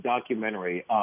documentary